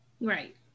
Right